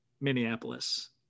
Minneapolis